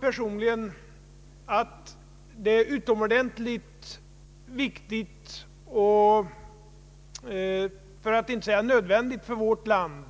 Personligen anser jag att det är utomordentligt viktigt för att inte säga nödvändigt för vårt land,